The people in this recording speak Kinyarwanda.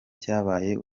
cyabaye